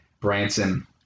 Branson